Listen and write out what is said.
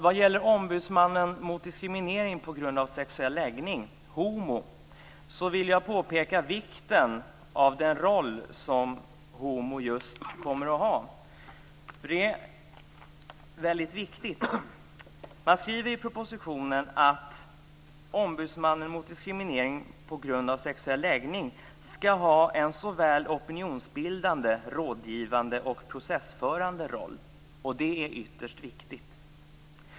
Vad gäller ombudsmannen mot diskriminering på grund av sexuell läggning, Homo, vill jag påpeka vikten av den roll som Homo kommer att ha. Det är väldigt viktigt. Man skriver i propositionen att ombudsmannen mot diskriminering på grund av sexuell läggning skall ha "såväl opinionsbildande som rådgivande och processförande roll". Det är ytterst viktigt.